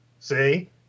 See